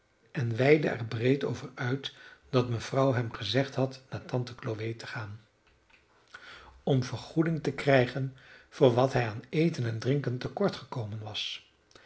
en weidde er breed over uit dat mevrouw hem gezegd had naar tante chloe te gaan om vergoeding te krijgen voor wat hij aan eten en drinken te kort gekomen was